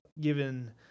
given